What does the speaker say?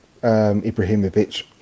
Ibrahimovic